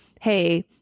Hey